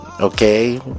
Okay